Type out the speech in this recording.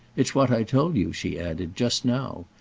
it's what i told you, she added, just now.